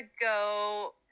go